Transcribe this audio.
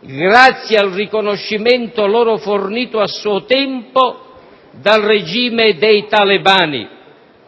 grazie al riconoscimento loro fornito a suo tempo dal regime dei talebani,